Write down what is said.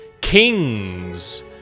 Kings